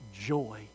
joy